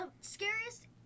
scariest